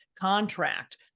contract